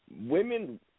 women